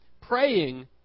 Praying